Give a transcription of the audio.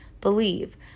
believe